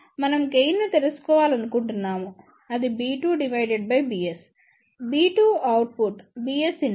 మనం గెయిన్ ను తెలుసుకోవాలనుకుంటున్నాము అది b2 bs b2 output bs input